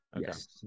Yes